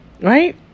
Right